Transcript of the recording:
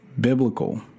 biblical